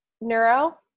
neuro